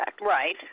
Right